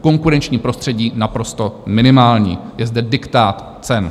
Konkurenční prostředí naprosto minimální, je zde diktát cen.